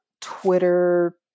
Twitter